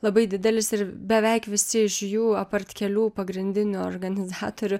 labai didelis ir beveik visi iš jų apart kelių pagrindinių organizatorių